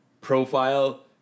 profile